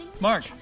mark